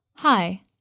Hi